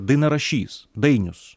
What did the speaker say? dainarašys dainius